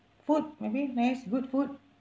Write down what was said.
food maybe nice good food